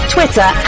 Twitter